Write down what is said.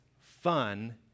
fun